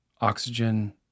Oxygen